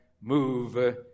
move